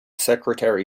secretary